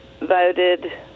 voted